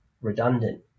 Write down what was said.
redundant